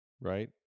right